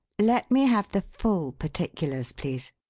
let me have the full particulars, please.